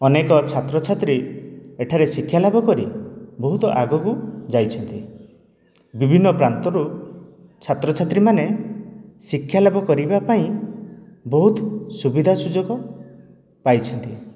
ଅନେକ ଛାତ୍ରଛାତ୍ରୀ ଏଠାରେ ଶିକ୍ଷା ଲାଭ କରି ବହୁତ ଆଗକୁ ଯାଇଛନ୍ତି ବିଭିନ୍ନ ପ୍ରାନ୍ତରୁ ଛାତ୍ରଛାତ୍ରୀ ମାନେ ଶିକ୍ଷା ଲାଭ କରିବା ପାଇଁ ବହୁତ ସୁବିଧା ସୁଯୋଗ ପାଇଛନ୍ତି